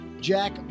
Jack